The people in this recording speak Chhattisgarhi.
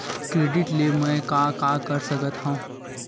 क्रेडिट ले मैं का का कर सकत हंव?